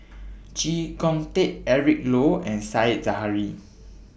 Chee Kong Tet Eric Low and Said Zahari